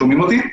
שומעים אותי?